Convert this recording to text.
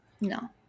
No